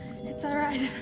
it's alright.